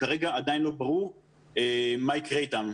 כרגע עדיין לא ברור מה יקרה איתם.